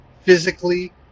physically